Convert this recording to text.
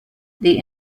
the